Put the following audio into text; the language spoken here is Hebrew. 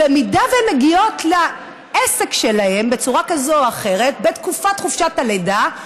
במידה שהן מגיעות לעסק שלהן בצורה כזו או אחרת בתקופת חופשת הלידה,